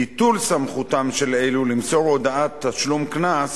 ביטול סמכותם של אלה למסור הודעת תשלום קנס